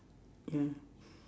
ya